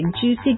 juicy